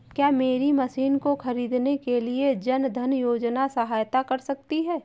क्या मेरी मशीन को ख़रीदने के लिए जन धन योजना सहायता कर सकती है?